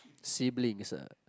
siblings ah